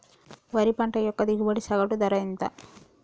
వరి పంట యొక్క దిగుబడి సగటు ధర ఎంత?